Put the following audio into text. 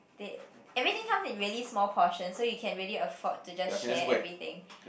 they everything comes in really small portion so you can really afford to just share everything